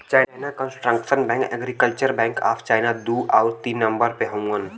China construction bank, agriculture bank of China दू आउर तीन नम्बर पे हउवन